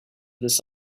this